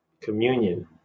communion